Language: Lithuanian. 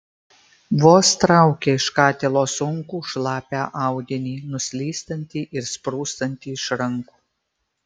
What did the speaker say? vos traukė iš katilo sunkų šlapią audinį nuslystantį ir sprūstantį iš rankų